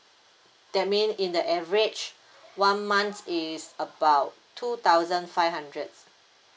that mean in the average one month is about two thousand five hundreds